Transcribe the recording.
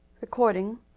Recording